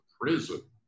prison